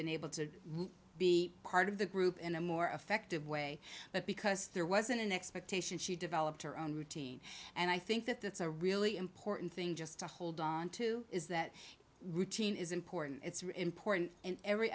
been able to be part of the group in a more effective way but because there wasn't an expectation she developed her own routine and i think that that's a really important thing just to hold on to is that routine is important it's important in every